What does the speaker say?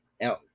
now